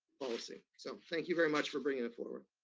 policy. so thank you very much for bringing it forward.